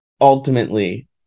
ultimately